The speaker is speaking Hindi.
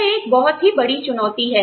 यह एक बहुत बड़ी चुनौती है